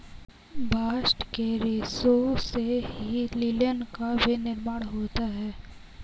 bast के रेशों से ही लिनन का भी निर्माण होता है